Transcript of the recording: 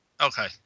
okay